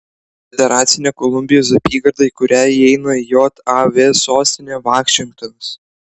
federacinė kolumbijos apygarda į kurią įeina jav sostinė vašingtonas